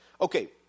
Okay